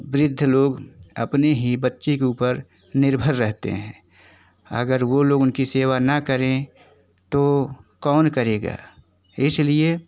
वृद्ध लोग अपने ही बच्चों के ऊपर निर्भर रहते हैं अगर वो लोग उनकी सेवा ना करें तो कौन करेगा इसलिए